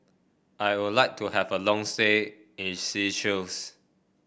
I would like to have a long stay in Seychelles